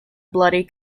bloody